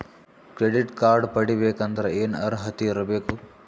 Credit card ಪಡಿಬೇಕಂದರ ಏನ ಅರ್ಹತಿ ಇರಬೇಕು?